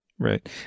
Right